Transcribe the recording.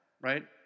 right